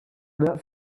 not